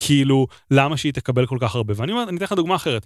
כאילו, למה שהיא תקבל כל כך הרבה? ואני אומר, אני נותן לך דוגמה אחרת.